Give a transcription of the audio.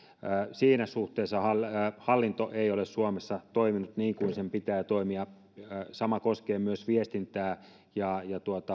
siinä suhteessa hallinto ei ole suomessa toiminut niin kuin sen pitää toimia sama koskee myös viestintää ja